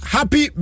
Happy